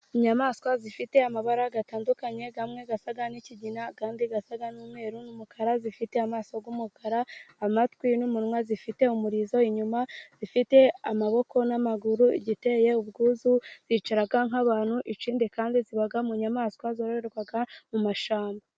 Inyamaswa zifite amabara atandukanye, amwe asa n'ikigina, ayandi asa n'umweru n'umukara, zifite amaso y'umukara, amatwi n'umunwa, zifite umurizo inyuma, zifite amaboko n'amaguru. Igiteye ubwuzu, zicara nk'abantu. Ikindi kandi, ziba mu nyamaswa zororerwa mu mashyamba.